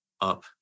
up